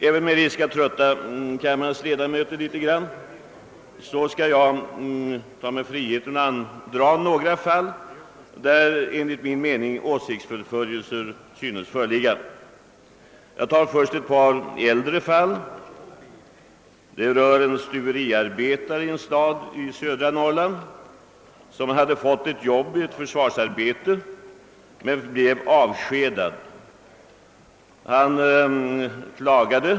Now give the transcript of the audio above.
Även med risk att trötta kammarens ledamöter skall jag ta mig friheten att anföra några fall, där enligt min mening åsiktsförföljelse synes föreligga. Jag tar först ett par äldre fall. Det första fallet gäller en stuveriarbetare i en stad i södra Norrland, som hade ett jobb vid en försvarsanläggning men blev avskedad.